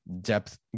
depth